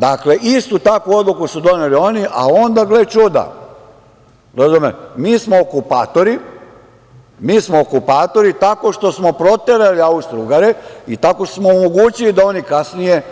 Dakle, istu takvu odluku su doneli oni, a gle čuda, mi smo okupatori tako što smo proterali Austrougare i tako što smo omogućili da oni kasnije